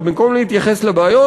ובמקום להתייחס לבעיות,